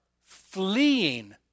fleeing